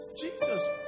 Jesus